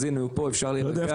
אז הנה, הוא פה, אפשר להירגע.